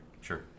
Sure